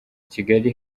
kigali